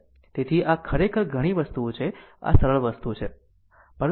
તેથી આ ખરેખર ઘણી વસ્તુઓ છે આ સરળ વસ્તુ છે